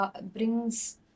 brings